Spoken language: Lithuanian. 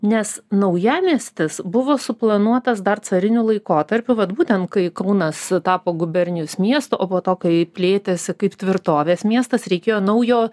nes naujamiestis buvo suplanuotas dar cariniu laikotarpiu vat būtent kai kaunas tapo gubernijos miestu o po to kai plėtėsi kaip tvirtovės miestas reikėjo naujo